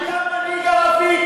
אתה מנהיג ערבי,